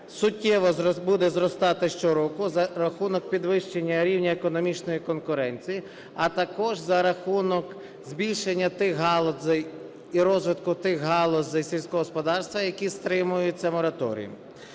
суттєво буде зростати щороку за рахунок підвищення рівня економічної конкуренції, а також за рахунок збільшення тих галузей і розвитку тих галузей сільського господарства, які стримуються мораторієм.